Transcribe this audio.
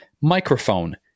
microphone